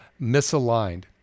misaligned